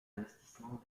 investissements